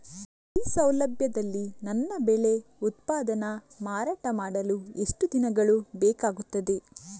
ಈ ಸೌಲಭ್ಯದಲ್ಲಿ ನನ್ನ ಬೆಳೆ ಉತ್ಪನ್ನ ಮಾರಾಟ ಮಾಡಲು ಎಷ್ಟು ದಿನಗಳು ಬೇಕಾಗುತ್ತದೆ?